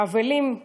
האבלים.